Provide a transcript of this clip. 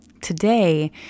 Today